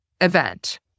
event